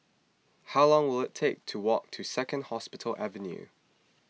how long will it take to walk to Second Hospital Avenue